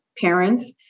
parents